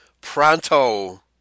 pronto